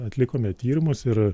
atlikome tyrimus ir